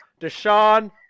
Deshaun